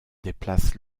déplacent